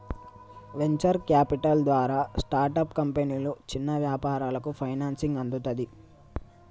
venture capital ద్వారా startup కంపెనీలు, చిన్న వ్యాపారాలకు ఫైనాన్సింగ్ అందుతది